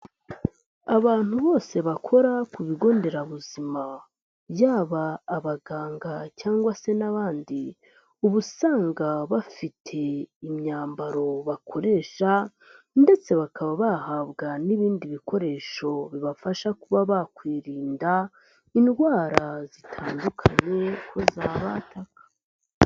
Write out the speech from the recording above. Abantu bose bakora ku bigo nderabuzima yaba abaganga cyangwa se n'abandi, ubu usanga bafite imyambaro bakoresha ndetse bakaba bahabwa n'ibindi bikoresho bibafasha kuba bakwirinda indwara zitandukanye ko zabataka.